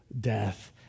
death